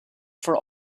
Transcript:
for